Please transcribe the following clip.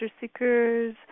seekers